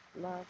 love